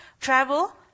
travel